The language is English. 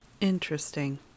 Interesting